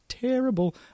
terrible